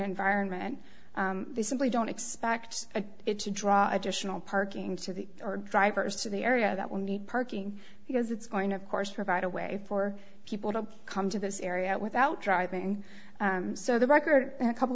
environment they simply don't expect it to draw additional parking to the er drivers to the area that will need parking because it's going of course provide a way for people to come to this area without driving so the record in a couple